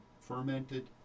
fermented